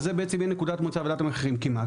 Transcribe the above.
זו בעצם תהיה נקודת המוצא לוועדת המחירים, כי מה?